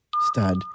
Stud